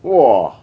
!wah!